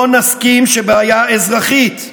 לא נסכים שבעיה אזרחית,